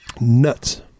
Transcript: Nuts